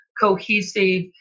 cohesive